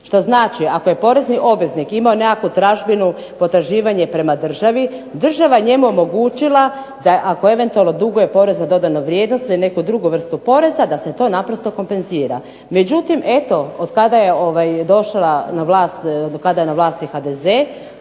Što znači, ako je porezni obveznik imao nekakvu tražbinu, potraživanje prema državi, država je njemu omogućila da ako je eventualno duguje PDV ili neku drugu vrstu poreza da se to naprosto kompenzira. Međutim, eto od kada je došla na